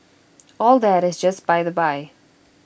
all that is just by the by